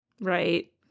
Right